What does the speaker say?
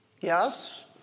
Yes